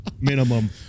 Minimum